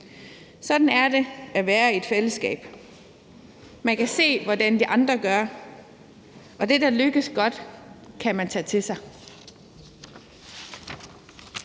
Sådan er det at være i et fællesskab. Man kan se, hvordan de andre gør, og det, der lykkes godt, kan man tage til sig.